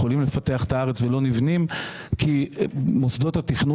יכולים לפתח את הארץ ולא נבנים כי מוסדות התכנון